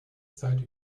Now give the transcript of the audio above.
zeit